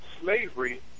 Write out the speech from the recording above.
slavery